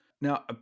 Now